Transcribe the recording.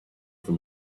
from